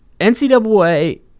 NCAA